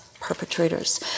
perpetrators